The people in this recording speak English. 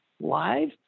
live